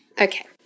Okay